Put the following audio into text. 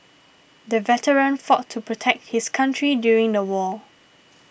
the veteran fought to protect his country during the war